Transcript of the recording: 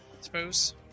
suppose